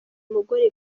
mugore